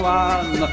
one